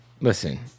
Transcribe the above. Listen